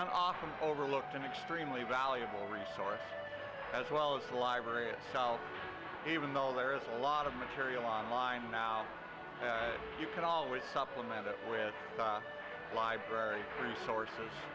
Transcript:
an awesome overlooked an extremely valuable resource as well as library itself even though there is a lot of material online now you can always supplement it with the library resources